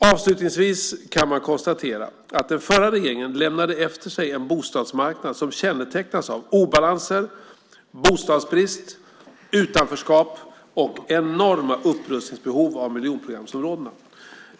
Avslutningsvis kan man konstatera att den förra regeringen lämnade efter sig en bostadsmarknad som kännetecknades av obalanser, bostadsbrist, utanförskap och enorma upprustningsbehov av miljonprogramsområdena.